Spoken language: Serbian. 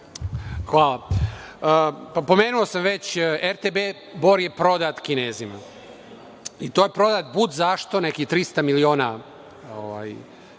Hvala. Pomenuo sam već RTB Bor je prodat Kinezima, i to je prodat budzašto, nekih 300 miliona